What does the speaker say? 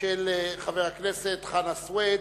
של חבר הכנסת חנא סוייד,